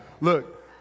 look